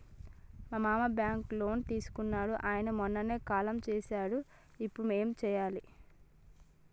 మా మామ బ్యాంక్ లో లోన్ తీసుకున్నడు అయిన మొన్ననే కాలం చేసిండు ఇప్పుడు మేం ఏం చేయాలి?